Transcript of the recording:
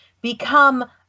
become